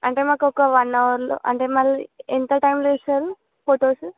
అంటే మాకు ఒక వన్ అవర్లో అంటే మళ్ళీ ఎంత టైమ్లో ఇస్తారు ఫోటోస్